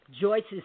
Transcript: Joyce's